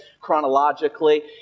chronologically